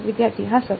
વિદ્યાર્થી હા સર